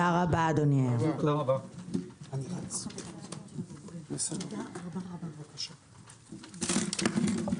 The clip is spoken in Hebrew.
הישיבה ננעלה בשעה 14:20.